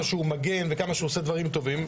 שהוא מגן וכמה שהוא עושה דברים טובים,